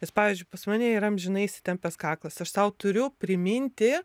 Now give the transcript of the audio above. nes pavyzdžiui pas mane yra amžinai įsitempęs kaklas aš sau turiu priminti